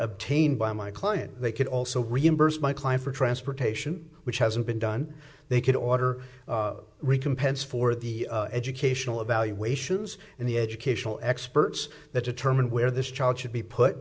obtained by my client they could also reimburse my client for transportation which hasn't been done they could order recompense for the educational evaluations and the educational experts that determine where this child should be put